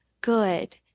good